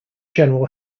general